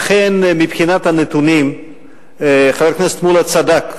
אכן, מבחינת הנתונים חבר הכנסת מולה צדק,